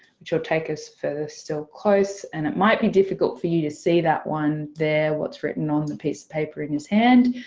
which will take us further still close. and it might be difficult for you to see that one there what's written on the piece of paper in his hand.